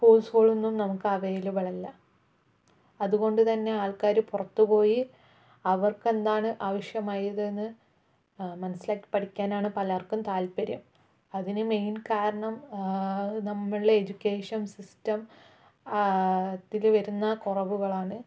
കോഴ്സുകൾ ഒന്നും നമുക്ക് അവൈലബിൾ അല്ല അതുകൊണ്ടുതന്നെ ആൾക്കാര് പുറത്തു പോയി അവർക്ക് എന്താണ് ആവശ്യമായത് എന്ന് മനസ്സിലാക്കി പഠിക്കാനാണ് പലർക്കും താല്പര്യം അതിന് മെയിൻ കാരണം നമ്മളെ എജ്യുക്കേഷൻ സിസ്റ്റം അതിൽ വരുന്ന കുറവുകൾ ആണ്